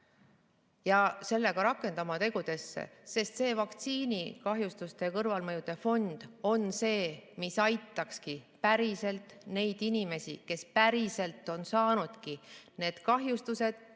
selle kõik ka tegudesse. Sest see vaktsiinikahjustuste ja kõrvalmõjude fond on see, mis aitakski päriselt neid inimesi, kes päriselt on saanud kahjustused,